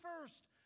first